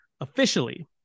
officially